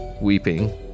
weeping